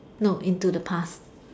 no into the past